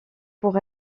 pour